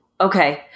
Okay